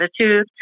attitude